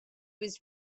was